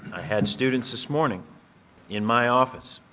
i had students this morning in my office